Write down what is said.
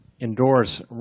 endorse